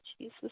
Jesus